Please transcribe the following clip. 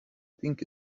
think